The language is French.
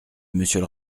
monsieur